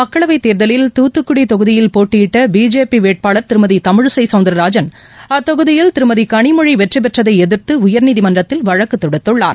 மக்களவைத் தேர்தலில் தூத்துக்குடிதொகுதியில் போட்டியிட்டபிஜேபிவேட்பாளர் திருமதிதமிழிசைசவுந்திரராஜன் அத்தொகுதியில் திருமதிகளிமொழிவெற்றப்பெற்றதைஎதிர்த்துஉயர்நீதிமன்றத்தில் வழக்குதொடுத்துள்ளார்